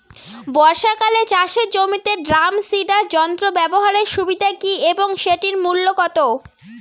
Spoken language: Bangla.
বর্ষাকালে চাষের জমিতে ড্রাম সিডার যন্ত্র ব্যবহারের সুবিধা কী এবং সেটির মূল্য কত?